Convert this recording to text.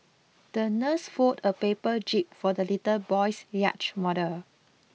the nurse folded a paper jib for the little boy's yacht model